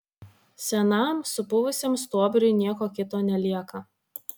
senam supuvusiam stuobriui nieko kito nelieka